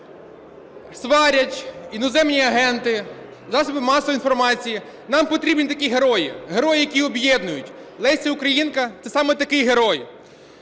сварять іноземні агенти, засоби масової інформації, нам потрібні такі герої, герої, які об'єднують, Леся Українка – це саме такий герой.